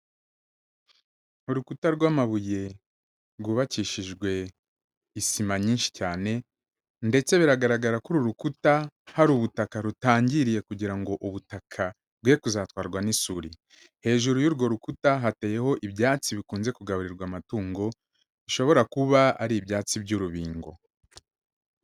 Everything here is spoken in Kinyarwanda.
Urukuta rw'amabuye rwubakishijwe isima nyinshi cyane ndetse biragaragara ko uru rukuta hari ubutaka rutangiriye kugira ngo ubutaka bwere kuzatwarwa n'isuri, hejuru y'urwo rukuta hateyeho ibyatsi bikunze kugaburirwa amatungo bishobora kuba ari ibyatsi by'urubingo.